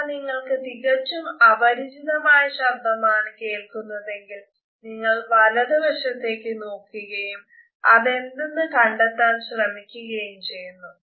അഥവാ നിങ്ങൾക് തികച്ചും അപരിചിതമായ ശബ്ദമാണ് കേൾകുന്നതെങ്കിൽ നിങ്ങൾ വലതു വശത്തേക് നോക്കുകയും അതെന്തെന്ന് കണ്ടെത്താൻ ശ്രമിക്കുകയും ചെയ്യുന്നു